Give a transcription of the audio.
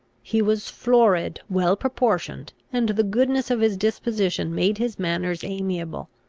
he was florid, well-proportioned, and the goodness of his disposition made his manners amiable.